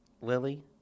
Lily